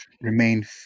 remain